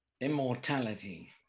immortality